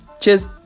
cheers